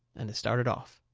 and they started off.